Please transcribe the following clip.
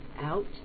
out